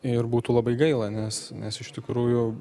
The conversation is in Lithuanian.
ir būtų labai gaila nes nes iš tikrųjų